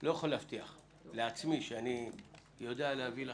ואני לא יכול להבטיח לעצמי שאני יודע להביא לכם.